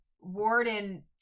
Warden